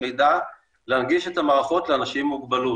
מידע להנגיש את המערכות לאנשים עם מוגבלות.